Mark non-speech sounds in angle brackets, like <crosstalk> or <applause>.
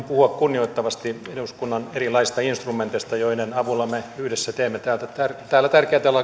<unintelligible> puhua kunnioittavasti eduskunnan erilaisista instrumenteista joiden avulla me yhdessä teemme täällä tärkeätä